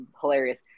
hilarious